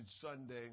Sunday